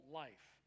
life